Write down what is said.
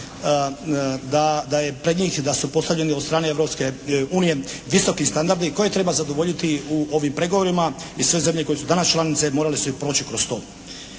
da su postavljeni od strane Europske unije visoki standardi koje treba zadovoljiti u ovim pregovorima i sve zemlje koje su danas članice morale su proći kroz to.